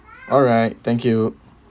alright thank you